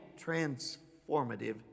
transformative